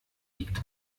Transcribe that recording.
liegt